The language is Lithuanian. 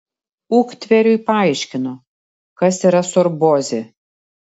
uktveriui paaiškino kas yra sorbozė